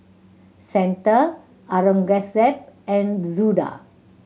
Santha Aurangzeb and Suda